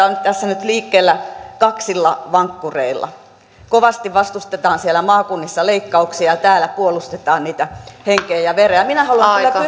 on tässä nyt liikkeellä kaksilla vankkureilla kovasti vastustetaan siellä maakunnissa leikkauksia ja täällä puolustetaan niitä henkeen ja vereen minä haluan